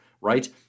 right